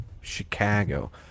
Chicago